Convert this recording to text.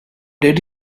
did